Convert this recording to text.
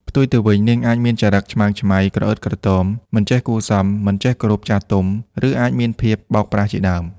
ផ្ទុយទៅវិញ នាងអាចមានចរិតឆ្មើងឆ្មៃ ក្រអឺតក្រទម មិនចេះគួរសម មិនចេះគោរពចាស់ទុំ ឬអាចមានភាពបោកប្រាស់ជាដើម។